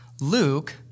Luke